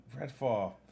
Redfall